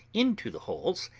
into the holes,